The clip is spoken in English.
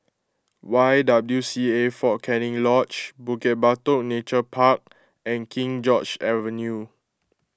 Y W C A fort Canning Lodge Bukit Batok Nature Park and King George's Avenue